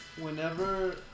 whenever